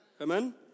Amen